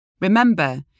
Remember